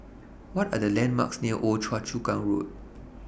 What Are The landmarks near Old Choa Chu Kang Road